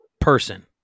person